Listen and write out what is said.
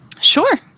Sure